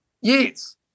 Yes